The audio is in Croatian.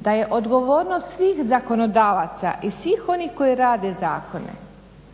da je odgovornost svih zakonodavaca i svih onih koji rade zakone